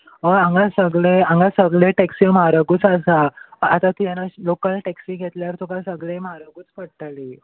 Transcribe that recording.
हांगा सगळे हांगा सगळे टॅक्सी म्हारगूच आसा आतां ती आनी लोकल टॅक्सी घेतल्यार तुका सगळे म्हारगूच पडटली